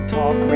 Talk